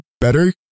better